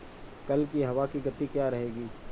कल की हवा की गति क्या रहेगी?